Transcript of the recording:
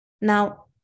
Now